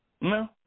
No